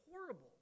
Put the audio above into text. horrible